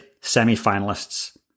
semi-finalists